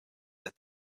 that